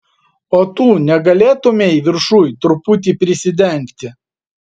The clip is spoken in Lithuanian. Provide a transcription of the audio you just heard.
o tu negalėtumei viršuj truputį prisidengti